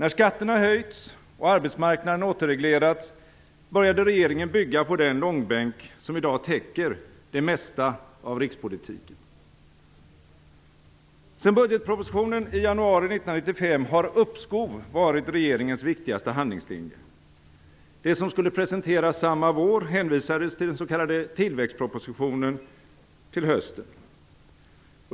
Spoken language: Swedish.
När skatterna höjts och arbetsmarknaden återreglerats, började regeringen bygga på den långbänk som i dag täcker det mesta av rikspolitiken. Sedan budgetpropositionen i januari 1995 har uppskov varit regeringens viktigaste handlingslinje. Det som skulle presenteras samma vår hänvisades till den s.k. tillväxtpropositionen till hösten.